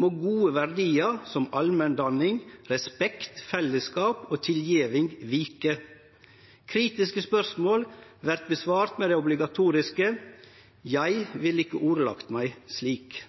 må gode verdiar som allmenndanning, respekt, fellesskap og tilgjeving vike. Kritiske spørsmål vert svart på med det obligatoriske: Jeg ville ikke ordlagt meg slik.